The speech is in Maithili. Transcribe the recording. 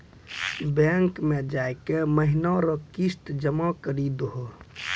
बैंक मे जाय के महीना रो किस्त जमा करी दहो